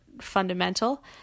fundamental